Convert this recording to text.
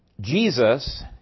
Jesus